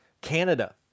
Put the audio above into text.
canada